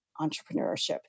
entrepreneurship